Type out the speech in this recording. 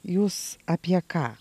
jūs apie ką